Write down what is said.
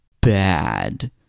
bad